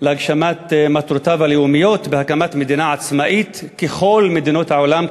להגשמת מטרותיו הלאומיות בהקמת מדינה עצמאית ככל מדינות העולם,